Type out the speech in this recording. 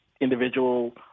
individual